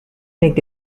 make